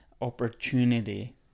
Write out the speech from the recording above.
opportunity